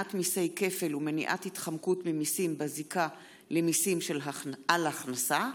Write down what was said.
מניעת מיסי כפל ומניעת התחמקות ממיסים בזיקה למיסים על הכנסה,